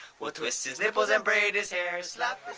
we'll twist his nipples and braid his hair, slap.